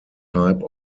type